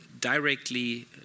directly